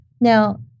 Now